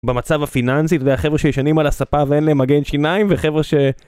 במצב הפיננסים, והחבר'ה שישנים על הספה ואין להם מגן שיניים וחבר'ה ש...